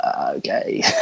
okay